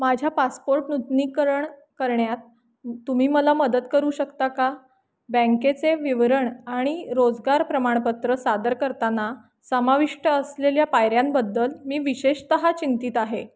माझ्या पासपोर्ट नूतनीकरण करण्यात तुम्ही मला मदत करू शकता का बँकेचे विवरण आणि रोजगार प्रमाणपत्र सादर करताना समाविष्ट असलेल्या पायऱ्यांबद्दल मी विशेषतः चिंतीत आहे